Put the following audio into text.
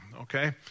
okay